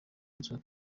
nzu